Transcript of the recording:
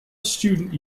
student